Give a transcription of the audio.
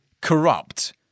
corrupt